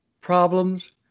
problems